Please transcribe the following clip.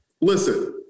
Listen